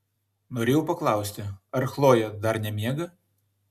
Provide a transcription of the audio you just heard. norėjau paklausti ar chlojė dar nemiega